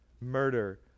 murder